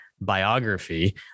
biography